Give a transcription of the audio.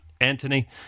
Anthony